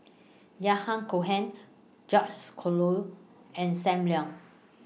Yahya Cohen George's Collyer and SAM Leong